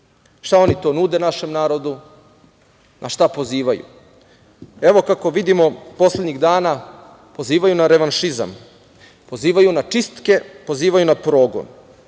Šta oni to nude našem narodu, na šta pozivaju? Kako vidimo, poslednjih dana pozivaju na revanšizam, pozivaju na čistke, pozivaju na progon.